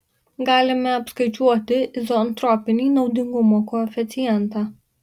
galime apskaičiuoti izoentropinį naudingumo koeficientą